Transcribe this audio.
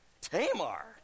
Tamar